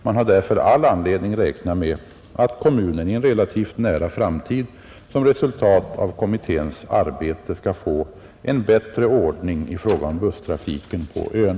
Man har därför all anledning räkna med att kommunen i en relativt nära framtid — som resultat av kommitténs arbete — skall få en bättre ordning i fråga om busstrafiken på ön.